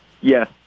Yes